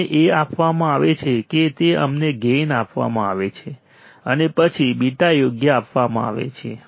અમને જે આપવામાં આવે છે તે અમને ગેઈન આપવામાં આવે છે અને પછી β યોગ્ય આપવામાં આવે છે